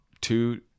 two